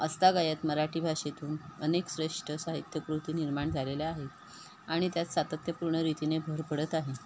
आजतगायत मराटी भाषेतून अनेक श्रेष्ठ साहित्यकृती निर्माण झालेल्या आहेत आणि त्यात सातत्य पूर्ण रीतीने भर पडत आहे